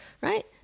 right